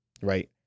right